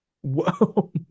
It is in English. Whoa